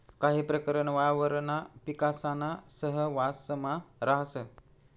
काही प्रकरण वावरणा पिकासाना सहवांसमा राहस